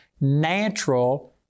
natural